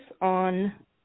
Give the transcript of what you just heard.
on